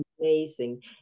amazing